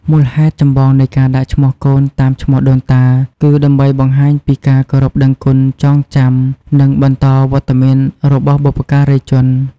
មូលហេតុចម្បងនៃការដាក់ឈ្មោះកូនតាមឈ្មោះដូនតា គឺដើម្បីបង្ហាញពីការគោរពដឹងគុណ ចងចាំ និងបន្តវត្តមានរបស់បុព្វការីជន។